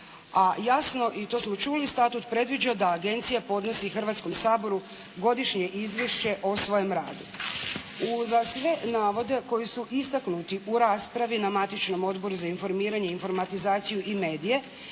A jasno i to smo čuli, statut predviđa da agencija podnosi Hrvatskom saboru godišnje izvješće o svojem radu. Za sve navode koji su istaknuti u raspravi na matičnom Odboru za informiranje, informatizaciju i medije